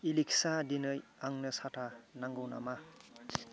Alexa दिनै आंनो साथा नांगौ नामा